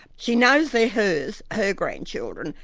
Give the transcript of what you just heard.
she knows they're hers, her grandchildren,